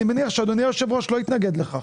אני מניח שאדוני היושב-ראש לא יתנגד לכך.